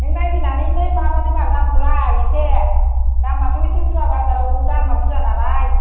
नों नायफैनानैनो माबादो बाल दामखौलाय एसे दामाथ' एसे बुरजा बाजाराव दामा बुरजा नालाय